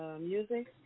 music